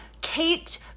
Kate